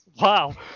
wow